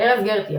ארז גרטי,